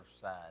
side